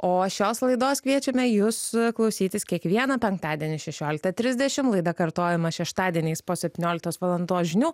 o šios laidos kviečiame jus klausytis kiekvieną penktadienį šešiolika trisdešim laida kartojama šeštadieniais po septynioliktos valandos žinių